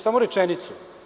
Samo rečenicu.